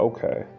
Okay